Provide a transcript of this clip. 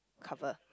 cover